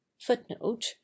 footnote